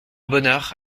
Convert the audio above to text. bonheur